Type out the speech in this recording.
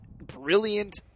brilliant